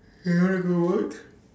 you want to go watch